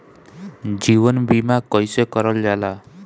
जीवन बीमा कईसे करल जाला?